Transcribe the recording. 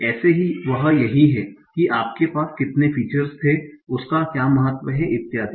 ऐसे ही यह वही है कि आपके पास कितने फीचर्स थे उसका क्या महत्व है और इत्यादि